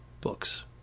books